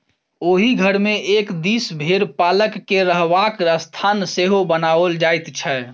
ओहि घर मे एक दिस भेंड़ पालक के रहबाक स्थान सेहो बनाओल जाइत छै